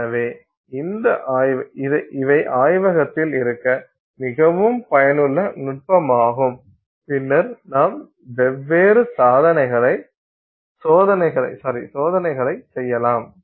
எனவே இவை ஆய்வகத்தில் இருக்க மிகவும் பயனுள்ள நுட்பமாகும் பின்னர் நாம் வெவ்வேறு சோதனைகளை செய்யலாம்